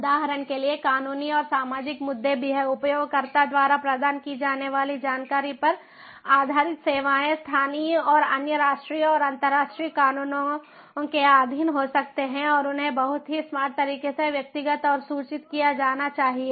उदाहरण के लिए कानूनी और सामाजिक मुद्दे भी हैं उपयोगकर्ता द्वारा प्रदान की जाने वाली जानकारी पर आधारित सेवाएं स्थानीय या अन्य राष्ट्रीय और अंतर्राष्ट्रीय कानूनों के अधीन हो सकती हैं और उन्हें बहुत ही स्मार्ट तरीके से व्यक्तिगत और सूचित किया जाना चाहिए